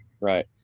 Right